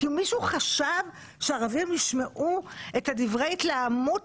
מישהו חשב שהערבים ישמעו את דברי ההתלהמות